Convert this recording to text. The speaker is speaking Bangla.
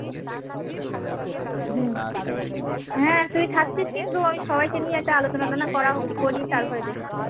হুম হ্যাঁ তুই থাকছিস কিন্তু আমি সবাইকে নিয়ে একটা আলোচনা টোনা করা করি তারপরে দেখছি